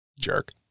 jerk